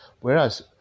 Whereas